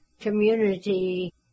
community